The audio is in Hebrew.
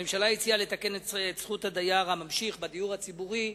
הממשלה הציעה לתקן את זכות הדייר הממשיך בדיור הציבורי.